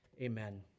Amen